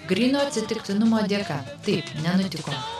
gryno atsitiktinumo dėka taip nenutiko